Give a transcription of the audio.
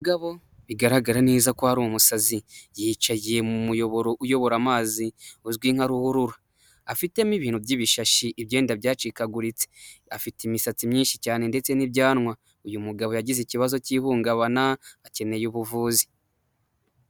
Umugabo bigaragara neza ko ari umusazi, yicaye mu muyoboro uyobora amazi uzwi nka ruhurura, afitemo ibintu by'ibishashi, ibyenda byacikaguritse, afite imisatsi myinshi cyane ndetse n'ibyanwa, uyu mugabo yagize ikibazo cy'ihungabana akeneye ubuvuzi.